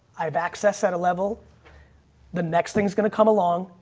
i have accessed at a level the next thing's going to come along.